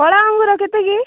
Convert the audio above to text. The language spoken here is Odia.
କଳା ଅଙ୍ଗୁର କେତେ କି